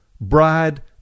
bride